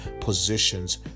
positions